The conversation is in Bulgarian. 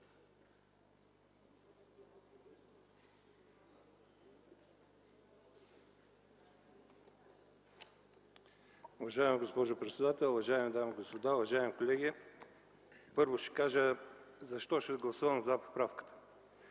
Уважаема госпожо председател, уважаеми дами и господа, уважаеми колеги! Първо ще кажа защо ще гласувам „за” поправката